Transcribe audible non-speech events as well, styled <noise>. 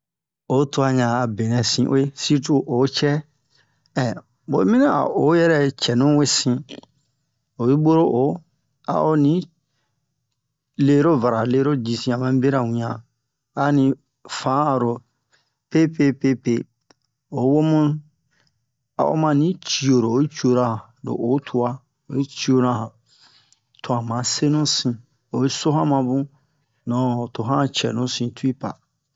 o tua ɲa'a benɛ sin uwe surtu o cɛ <hesitation> bon oyi mana a o yɛrɛ cɛnu wesin oyi boro o a'o ni lero vara lero jisian ma mu bera wian a ni fan'aro pepe pepe o wo mu a'o mani cioro oyi cio han lo o tua oyi ciona han to han ma senu sin oyi so han mabun non to han cɛnu si tui pa